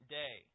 day